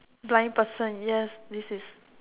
blind person yes this is